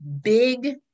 big